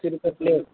अस्सी रुपये प्लेट